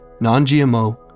non-GMO